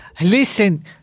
Listen